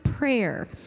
prayer